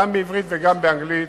גם בעברית וגם באנגלית